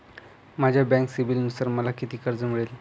माझ्या बँक सिबिलनुसार मला किती कर्ज मिळेल?